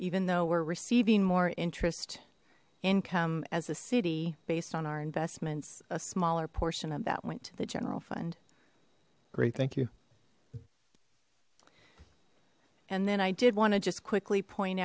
even though we're receiving more interest income as a city based on our investments a smaller portion of that went to the general fund great thank you and then i did want to just quickly point